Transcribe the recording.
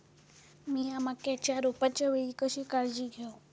मीया मक्याच्या रोपाच्या वेळी कशी काळजी घेव?